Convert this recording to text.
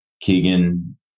keegan